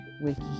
wiki